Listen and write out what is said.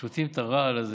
שותים את הרעל הזה,